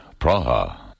Praha